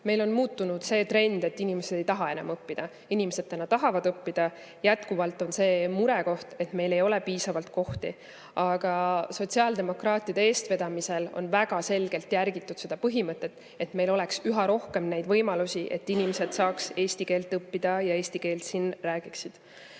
Meil on muutunud see trend, et inimesed ei taha õppida. Inimesed tahavad õppida. Jätkuvalt on see murekoht, et meil ei ole piisavalt [õppe]kohti, aga sotsiaaldemokraatide eestvedamisel on väga selgelt järgitud seda põhimõtet, et meil oleks üha rohkem neid võimalusi, et inimesed saaksid eesti keelt õppida ja eesti keelt räägiksid.